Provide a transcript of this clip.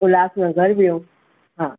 उल्हासनगर ॿियो हा